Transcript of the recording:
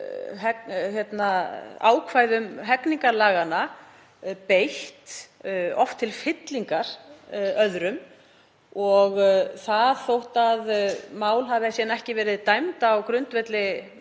ákvæðum hegningarlaga beitt til fyllingar öðrum og það þótt mál hafi síðan ekki verið dæmd á grundvelli